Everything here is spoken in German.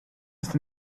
ist